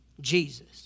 Jesus